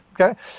okay